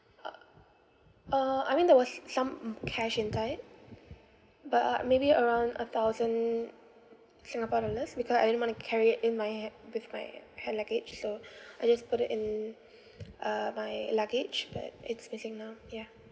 uh I mean there was some mm cash inside but uh maybe around a thousand singapore dollars because I don't want to carry it in my ha~ with my uh hand luggage so I just put it in uh my luggage but it's missing now yeah